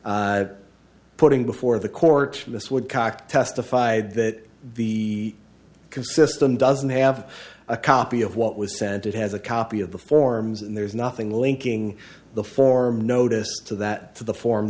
putting before the court this would cock testified that the can system doesn't have a copy of what was sent it has a copy of the forms and there's nothing linking the form notice to that to the form